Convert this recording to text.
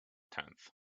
tenth